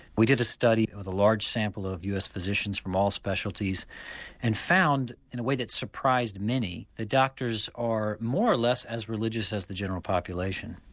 we did a study with a large sample of us physicians from all specialities and found in a way that surprised many, that doctors are more or less as religious as the general population.